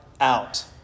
out